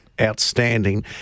outstanding